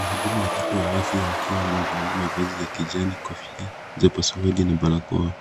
Wahudumu watatu wa afya wakiwa wamevalia mavazi ya kijani, kofia za upasuaji na barakoa.